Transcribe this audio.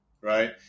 right